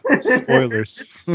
Spoilers